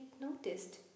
noticed